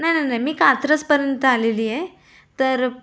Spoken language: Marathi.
नाही नाही नाही मी कात्रजपर्यंत आलेली आहे तर